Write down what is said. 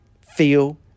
feel